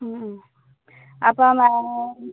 ഹ്മ് ഹ്മ് അപ്പം